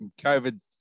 COVID